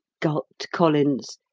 gulped collins,